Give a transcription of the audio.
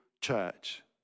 church